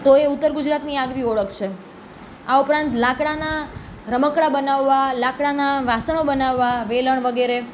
તો એ ઉત્તર ગુજરાતની આગવી ઓળખ છે આ ઉપરાંત લાકડાનાં રમકડા બનાવવા લાકડાના વાસણો બનાવવા વેલણ વગેરે